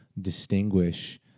distinguish